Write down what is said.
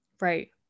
Right